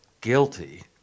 guilty